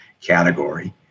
category